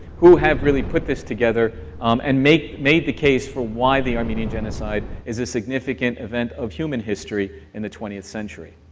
who have really put this together um and made the case for why the armenian genocide is a significant event of human history in the twentieth century.